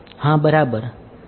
હા બરાબર